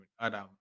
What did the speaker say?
Adam